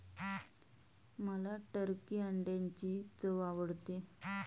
मला टर्की अंड्यांची चव आवडते